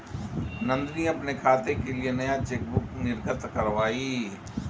नंदनी अपने खाते के लिए नया चेकबुक निर्गत कारवाई